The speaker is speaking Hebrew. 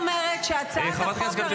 את צריכה --- חברת הכנסת גוטליב,